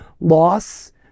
loss